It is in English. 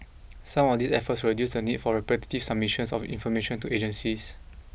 some of these efforts will reduce the need for repetitive submissions of information to agencies